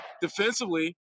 defensively